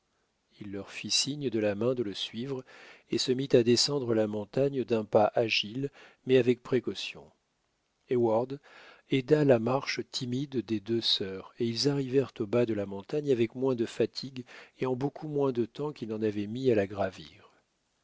il leur fit signe de la main de le suivre et se mit à descendre la montagne d'un pas agile mais avec précaution heyward aida la marche timide des deux sœurs et ils arrivèrent au bas de la montagne avec moins de fatigue et en beaucoup moins de temps qu'ils n'en avaient mis à la gravir